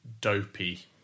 dopey